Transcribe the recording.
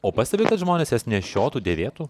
o pastebit kad žmonės jas nešiotų devėtų